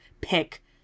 pick